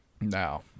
Now